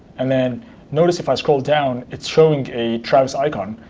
and then notice if i scroll down, it's showing a travis icon,